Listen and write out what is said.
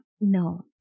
No